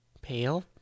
Pale